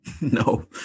No